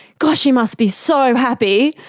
gosh you must be so happy!